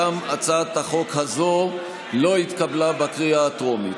גם הצעת החוק הזו לא התקבלה בקריאה הטרומית.